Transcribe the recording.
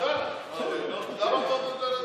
אריה דרעי,